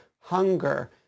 hunger